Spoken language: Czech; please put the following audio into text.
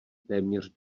téměř